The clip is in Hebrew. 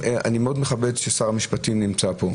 אני מאוד מכבד ששר המשפטים נמצא פה.